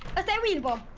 but that reasonable